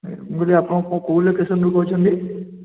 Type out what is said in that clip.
ମୁଁ କହିଲି ଆପଣ କୋ କେଉଁ ଲୋକେସନରୁ କହୁଛନ୍ତି